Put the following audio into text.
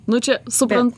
nu čia suprant